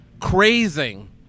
Crazing